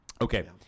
Okay